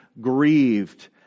grieved